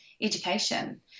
education